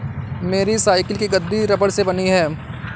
मेरी साइकिल की गद्दी रबड़ से बनी है